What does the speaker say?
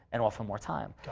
and all for more time.